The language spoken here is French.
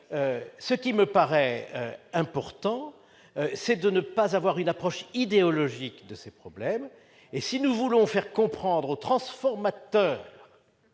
mais il me semble important de ne pas avoir une approche idéologique de ces problèmes. Si nous voulons faire comprendre aux transformateurs